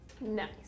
Nice